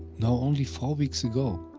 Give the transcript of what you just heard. now only four weeks ago.